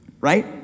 Right